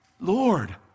lord